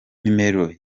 numero